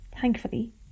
Thankfully